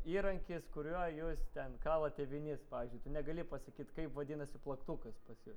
įrankis kuriuo jūs ten kalate vinis pavyzdžiui tu negali pasakyt kaip vadinasi plaktukas pas jus